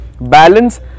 Balance